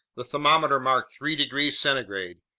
the thermometer marked three degrees centigrade.